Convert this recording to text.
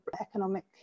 economic